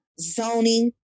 zoning